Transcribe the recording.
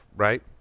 Right